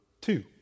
two